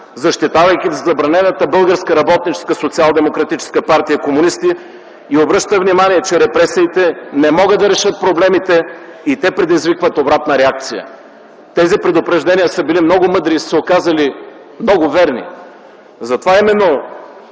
партия (комунисти), обръща внимание, че репресиите не могат да решат проблемите, а предизвикват обратна реакция. Тези предупреждения са били много мъдри и са се оказали много верни.